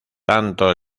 tanto